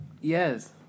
Yes